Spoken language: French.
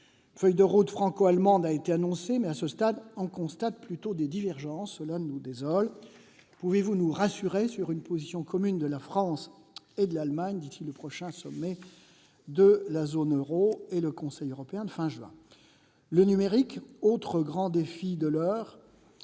Une feuille de route franco-allemande a été annoncée. Mais, à ce stade, on constate plutôt des divergences. Cela nous désole. Pouvez-vous nous rassurer sur une position commune de la France et de l'Allemagne d'ici au prochain sommet de la zone euro et au Conseil européen de fin juin ?